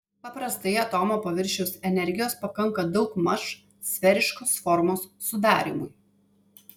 paprastai atomo paviršiaus energijos pakanka daugmaž sferiškos formos sudarymui